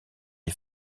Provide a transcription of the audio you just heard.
est